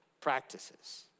practices